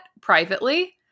privately